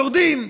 יורדים.